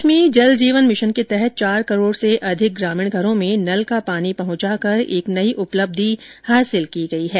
देश में जल जीवन मिशन के तहत चार करोड़ से अधिक ग्रामीण घरों में नल का पानी पहुंचाकर एक नई उपलब्धि हासिल की गई है